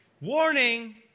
warning